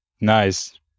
Nice